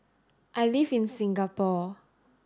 I live in Singapore